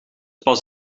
pas